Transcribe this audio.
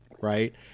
right